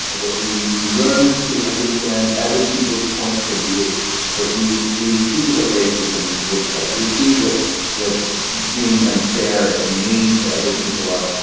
and that we learn to understand other people's points of view that we we see what racism looks like, we see what what being unfair and mean to other people are.